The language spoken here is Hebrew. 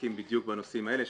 מתעסקים בדיוק בנושאים האלה.